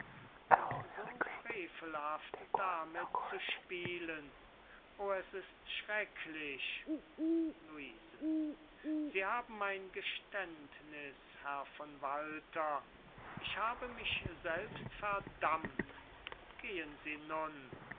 und so frevelhaft damit zu spielen o es ist schrecklich luise sie haben mein geständniß herr von walter ich habe mich selbst verdammt gehen sie nun